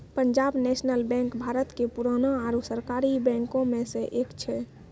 Punjab National Bank Bharat के पुराना आरु सरकारी बैंको मे से एक छै